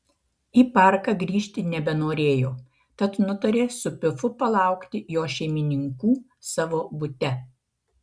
į parką grįžti nebenorėjo tad nutarė su pifu palaukti jo šeimininkų savo bute